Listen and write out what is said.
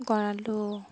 গড়ালটো